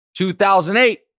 2008